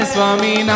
Swami